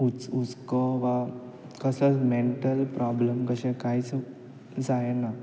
हुच हुसको वा कसलेस मँटल प्रॉब्लम कशें कांयच जायना